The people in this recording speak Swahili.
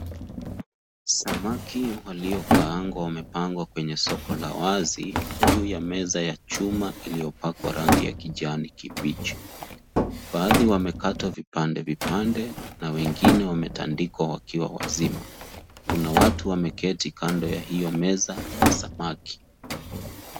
Samaki waliokaang'wa wamepangwa kwenye soko la wazi juu ya meza ya chuma iliyopakwa rangi ya kijani kibichi, baadhi wamekatwa vipande vipande na wengine wametandikwa wakiwa wazima, kuna watu wameketi kando ya hiyo meza ya samaki.